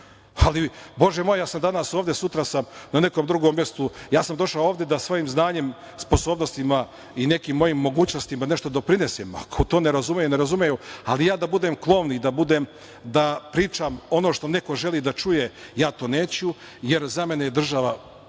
ali bože moj, ja sam danas ovde, sutra sam na nekom drugom mestu. Došao sam ovde da svojim znanjem, sposobnostima i nekim mojim mogućnostima nešto doprinesem, ako to ne razumeju ne razumeju, ali ja da budem klovn i da pričam ono što neko želi da čuje ja to neću jer za mene je država mnogo